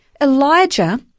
Elijah